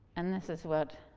and this is what